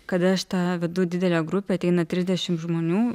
kada aš tą vedu didelę grupę ateina trisdešimt žmonių